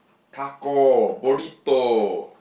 taco burrito